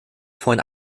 von